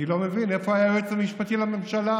אני לא מבין איפה היה היועץ המשפטי לממשלה,